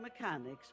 mechanics